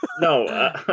No